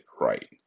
right